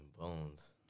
Bones